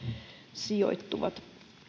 sijoittuvat